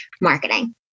marketing